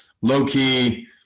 low-key